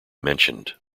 mentioned